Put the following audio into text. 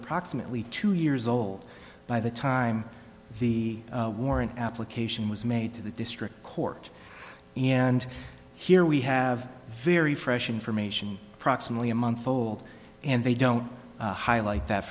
approximately two years old by the time the warrant application was made to the district court and here we have very fresh information proximately a month old and they don't highlight that